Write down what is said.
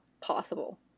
possible